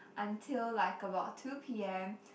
until like about two p_m